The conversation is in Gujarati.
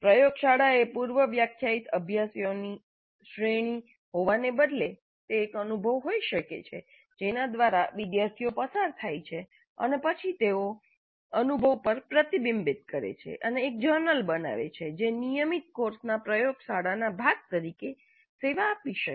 પ્રયોગશાળા એ પૂર્વવ્યાખ્યાયિત અભ્યાસોની શ્રેણી હોવાને બદલે તે એક અનુભવ હોઈ શકે છે જેના દ્વારા વિદ્યાર્થીઓ પસાર થાય છે અને પછી તેઓ અનુભવ પર પ્રતિબિંબિત કરે છે અને એક જર્નલ બનાવે છે જે નિયમિત કોર્સના પ્રયોગશાળાના ભાગ તરીકે સેવા આપી શકે